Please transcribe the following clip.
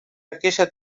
aquella